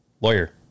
lawyer